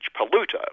polluter